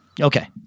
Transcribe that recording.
Okay